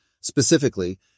Specifically